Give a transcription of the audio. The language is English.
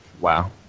wow